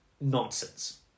nonsense